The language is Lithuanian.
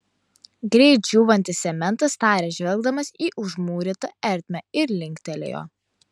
greit džiūvantis cementas tarė žvelgdamas į užmūrytą ertmę ir linktelėjo